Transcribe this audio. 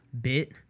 bit